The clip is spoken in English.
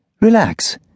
Relax